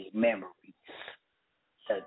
memories